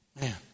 Man